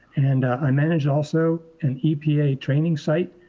and i managed also an epa training site.